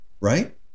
right